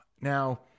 now